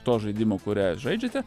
to žaidimo kurią žaidžiate